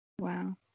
Wow